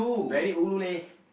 very ulu leh